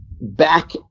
back